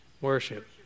Worship